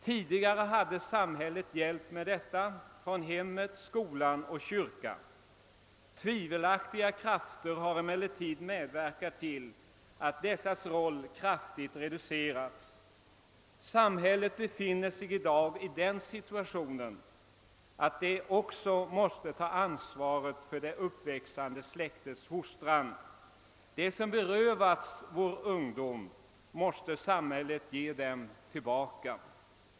Tidigare hade samhället hjälp med detta från hemmet, skolan och kyrkan. Tvivelaktiga krafter har emellertid medverkat till att dessas roll kraftigt reducerats. Samhället befinner sig i dag i den situationen, att det också måste ta ett större ansvar för det uppväxande släktets fostran. Det som berövats vår ungdom måste samhället ge den tillbaka.